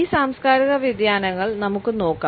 ഈ സാംസ്കാരിക വ്യതിയാനങ്ങൾ നമുക്ക് നോക്കാം